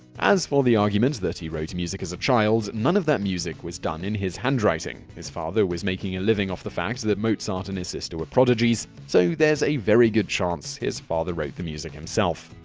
as for the argument that he wrote music as a child, none of that music was done in his handwriting. his father was making a living off the fact that that mozart and his sister were prodigies, so there's a very good chance his father wrote the music himself.